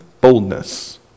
boldness